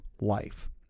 life